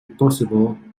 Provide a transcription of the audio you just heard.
possible